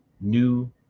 new